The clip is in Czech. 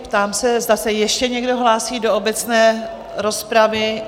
Ptám se, zda se ještě někdo hlásí do obecné rozpravy?